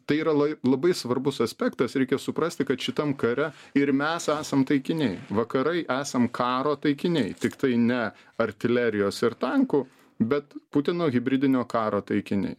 tai yra labai svarbus aspektas reikia suprasti kad šitam kare ir mes esam taikiniai vakarai esam karo taikiniai tiktai ne artilerijos ir tankų bet putino hibridinio karo taikiniai